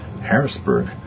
Harrisburg